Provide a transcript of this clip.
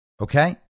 Okay